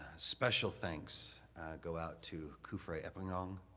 special thanks go out to kufray epenyong